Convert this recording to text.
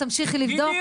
תמשיכי לבדוק,